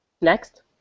Next